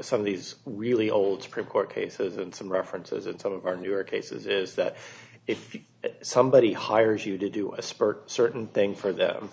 some of these really old supreme court cases and some references in some of our newer cases is that if somebody hires you to do a spurt certain thing for them